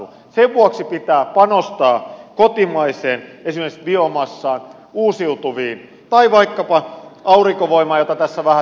sen vuoksi pitää panostaa kotimaiseen esimerkiksi biomassaan uusiutuviin tai vaikkapa aurinkovoimaan jota tässä vähätellään